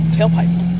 Tailpipes